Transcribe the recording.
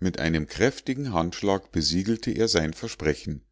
mit einem kräftigen handschlag besiegelte er sein versprechen